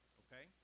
okay